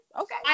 Okay